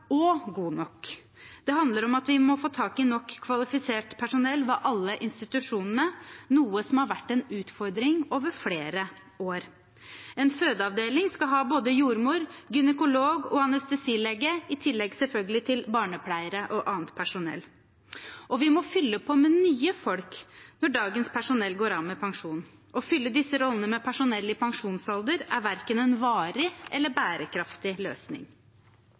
kvalifisert personell ved alle institusjonene, noe som har vært en utfordring over flere år. En fødeavdeling skal ha både jordmor, gynekolog og anestesilege, i tillegg selvfølgelig til barnepleiere og annet personell. Vi må fylle på med nye folk når dagens personell går av med pensjon. Å fylle disse rollene med personell i pensjonsalder er verken en varig eller bærekraftig løsning.